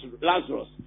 Lazarus